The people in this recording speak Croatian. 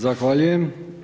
Zahvaljujem.